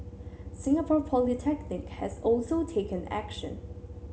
Singapore Polytechnic has also taken action